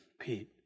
Pete